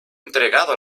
entregado